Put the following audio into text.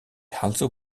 also